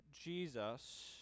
Jesus